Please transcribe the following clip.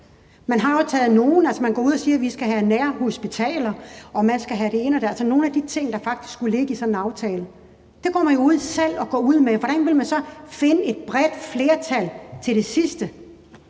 Man har jo taget noget. Altså, man går ud og siger, at vi skal have nærhospitaler, og at man skal have det ene og det andet, altså nogle af de ting, der faktisk skulle ligge i sådan en aftale. Det går man jo ud med selv, og hvordan vil man så finde et bredt flertal til det sidste?